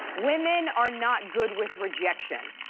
women are not good with rejection.